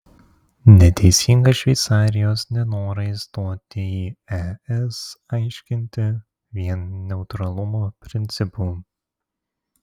neteisinga šveicarijos nenorą įstoti į es aiškinti vien neutralumo principu